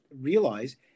realize